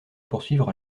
poursuivre